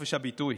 חופש הביטוי.